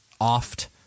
oft